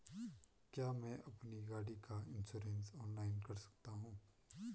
क्या मैं अपनी गाड़ी का इन्श्योरेंस ऑनलाइन कर सकता हूँ?